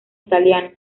italiano